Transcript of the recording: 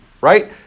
right